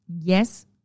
Yes